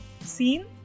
scene